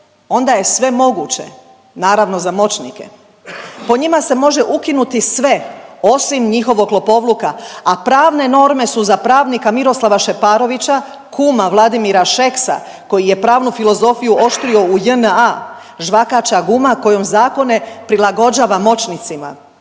onda je sve moguće, naravno za moćnike. Po njima se može ukinuti sve osim njihovog lopovluka, a pravne norme su za pravnika Miroslava Šeparovića kuma Vladimira Šeksa koji je pravnu filozofiju oštrio u JNA žvakaća guma kojom zakone prilagođava moćnicima.